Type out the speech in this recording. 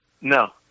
No